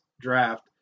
draft